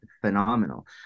phenomenal